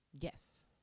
Yes